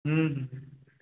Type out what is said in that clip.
हूँ हु